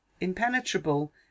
Impenetrable